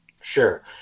Sure